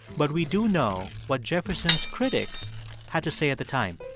but we do know what jefferson's critics had to say at the time.